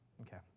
Okay